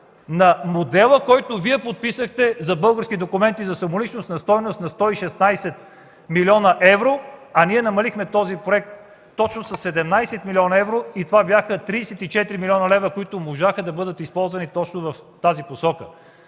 на модела, който Вие подписахте за български документи за самоличност на стойност 116 млн. евро, а ние намалихме този проект точно със 17 млн. евро и това бяха 34 млн. лв., които можаха да бъдат използвани именно в тази посока.